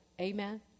Amen